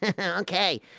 okay